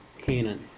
Canaan